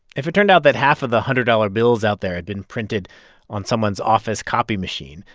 if it turned out that half of the hundred dollar bills out there had been printed on someone's office copy machine,